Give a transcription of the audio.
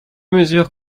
mesures